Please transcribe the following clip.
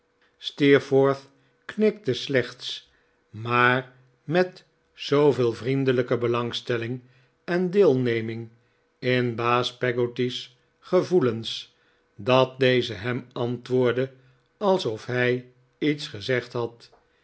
knikte slechts maar met zooveel vriendelijke belangstelling en deelneming in baas peggotty's gevoelens dat deze hem antwoordde alsof hij iets gezegd had